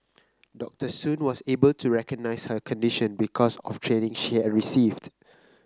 Doctor Soon was able to recognise her condition because of training she had received